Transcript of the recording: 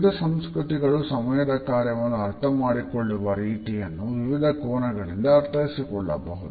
ವಿವಿಧ ಸಂಸ್ಕೃತಿಗಳು ಸಮಯದ ಕಾರ್ಯವನ್ನು ಅರ್ಥ ಮಾಡಿಕೊಳ್ಳುವ ರೀತಿಯನ್ನು ವಿವಿಧ ಕೋನಗಳಿಂದ ಅರ್ಥೈಸಿಕೊಳ್ಳಬಹುದು